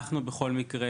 בכל מקרה,